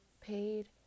paid